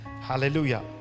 hallelujah